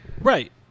Right